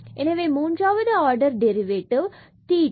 எனவே இது மூன்றாவது ஆர்டர் டெரிவேட்டிவ் theta மற்றும் தற்பொழுது t1